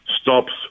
stops